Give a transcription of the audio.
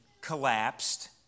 collapsed